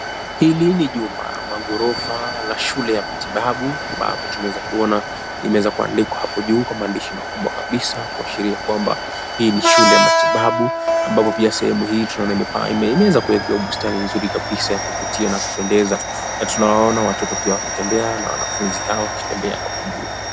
Hili ni jumba, magorofa la shule ya matibabu ambapo tunaeza kuona imeweza kuandikwa hapo juu kwa maandishi makubwa kabisa kuashiria kwamba hii ni shule ya matibabu ambapo pia sehemu hii tunaona imeweza kuekea bustani mzuri kabisa ya kuvutia na kupendeza na tunaona watoto pia wakitembea na wanafunzi hawa wakitembea hapo juu.